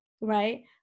right